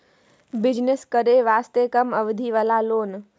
Business करे वास्ते कम अवधि वाला लोन?